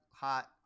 hot